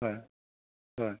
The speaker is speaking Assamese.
হয় হয়